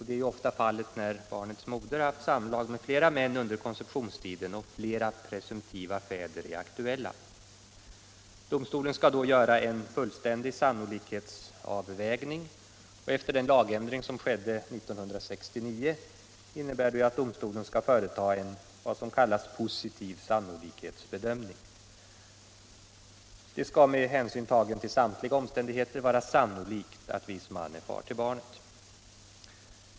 Det är ju ofta fallet när barnets moder har haft samlag med flera män under konceptionstiden och flera presumtiva fäder är aktuella. Domstolen skall då göra en fullständig sannolikhetsavvägning. Efter den lagändring som skedde 1969 innebär detta att domstolen skall företa vad som kallas positiv sannolikhetsbedömning. Det skall med hänsyn tagen till samtliga omständigheter vara sannolikt att viss man är far till barnet.